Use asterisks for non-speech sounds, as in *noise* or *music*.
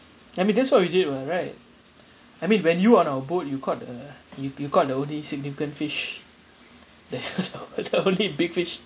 I mean that's what we did what right I mean when you were on our boat you caught the you you caught the only significant fish the *laughs* the only big fish